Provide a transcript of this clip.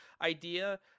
idea